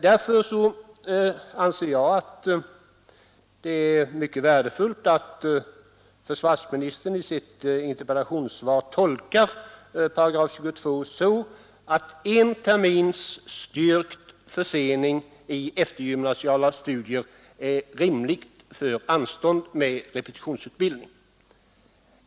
Därför anser jag att det är mycket värdefullt att försvarsministern i sitt svar tolkar 22 § så att en termins styrkt försening i eftergymnasiala studier bör medföra anstånd med repetitionsutbildning.